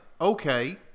Okay